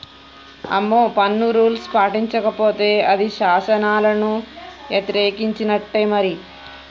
అమ్మో పన్ను రూల్స్ పాటించకపోతే అది శాసనాలను యతిరేకించినట్టే మరి